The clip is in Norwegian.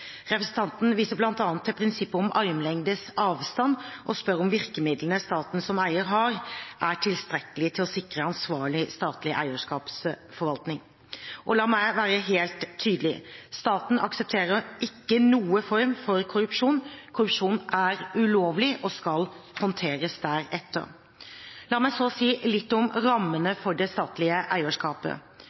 Representanten viser bl.a. til prinsippet om armlengdes avstand og spør om virkemidlene staten som eier har, er tilstrekkelige til å sikre ansvarlig statlig eierskapsforvaltning. La meg være helt tydelig: Staten aksepterer ikke noen form for korrupsjon. Korrupsjon er ulovlig og skal håndteres deretter. La meg så si litt om rammene for det statlige eierskapet.